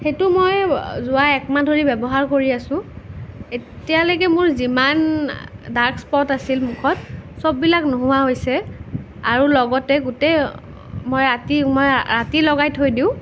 সেইটো মই যোৱা একমাহ ধৰি ব্য়ৱহাৰ কৰি আছোঁ এতিয়ালৈকে মোৰ যিমান দাগ স্পট আছিল মুখত চববিলাক নোহোৱা হৈছে আৰু লগতে গোটেই মই ৰাতি মই ৰাতি লগাই থৈ দিওঁ